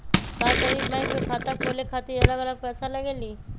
का सभी बैंक में खाता खोले खातीर अलग अलग पैसा लगेलि?